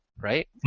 right